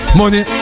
money